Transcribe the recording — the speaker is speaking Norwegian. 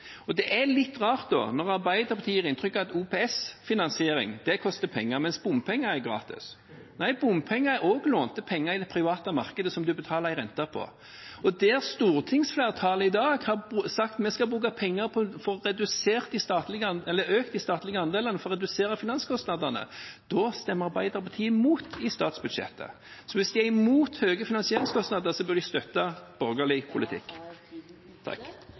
Det er litt rart at Arbeiderpartiet gir inntrykk av at OPS-finansiering koster penger, mens bompenger er gratis. Nei, bompenger er også penger lånt i det private markedet, og som man betaler renter på. Der stortingsflertallet i dag har sagt at vi skal bruke penger for å få økt de statlige andelene for å redusere finanskostnadene, da stemmer Arbeiderpartiet mot i statsbudsjettet. Hvis de er imot høye finansieringskostnader, bør de støtte borgerlig politikk.